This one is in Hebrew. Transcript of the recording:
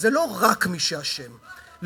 נפוצץ, לא יהיה משא-ומתן.